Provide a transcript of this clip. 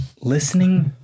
Listening